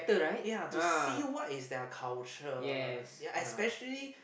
ya to see what is their culture ya especially